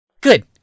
Good